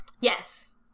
Yes